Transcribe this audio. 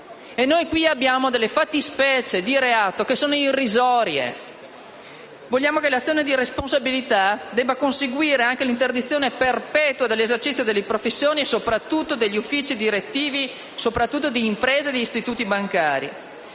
Noi qui abbiamo delle fattispecie di reato irrisorie. Vogliamo che all'azione di responsabilità debba conseguire anche l'interdizione perpetua dell'esercizio delle professioni e soprattutto degli uffici direttivi, in particolare di impresa e istituti bancari.